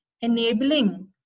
enabling